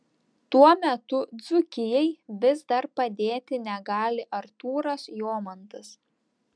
tuo metu dzūkijai vis dar padėti negali artūras jomantas